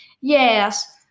Yes